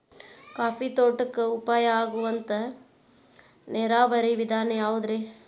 Coffee ತೋಟಕ್ಕ ಉಪಾಯ ಆಗುವಂತ ನೇರಾವರಿ ವಿಧಾನ ಯಾವುದ್ರೇ?